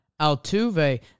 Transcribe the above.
Altuve